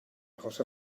achos